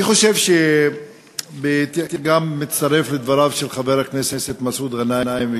אני מצטרף לדברים של חבר הכנסת מסעוד גנאים,